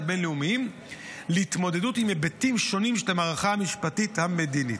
בין-לאומיים להתמודדות עם היבטים שונים של המערכה המשפטית המדינית.